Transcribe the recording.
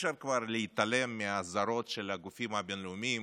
אי-אפשר כבר להתעלם מהאזהרות של הגופים הבין-לאומיים,